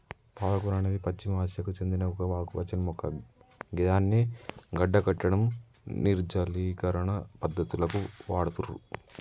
పాలకూర అనేది పశ్చిమ ఆసియాకు సేందిన ఒక ఆకుపచ్చని మొక్క గిదాన్ని గడ్డకట్టడం, నిర్జలీకరణ పద్ధతులకు వాడుతుర్రు